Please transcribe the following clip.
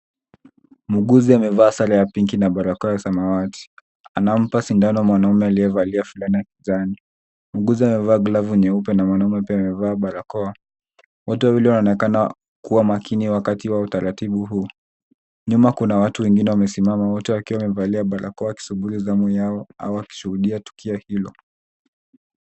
Mwuguzi amevaa sare ya pinki na barakoa ya samawati. Anampa sindano mwanaume aliyevalia fulana ya kijani. Mwuguzi amevaa glavu nyeupe na mwanaume pia amevaa barakoa. Wote wawili wanaonekana kuwa makini wakati wa utaratibu huu. Nyuma kuna watu wengine wamesimama wote wakiwa wamevalia barakoa wakisubiri zamu au wakishuhudia tukio hilo.